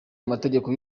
amategeko